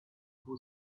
who